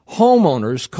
homeowners